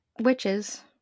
witches